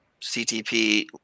CTP